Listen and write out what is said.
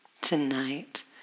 tonight